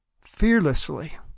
fearlessly